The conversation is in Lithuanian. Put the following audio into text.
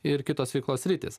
ir kitos veiklos sritys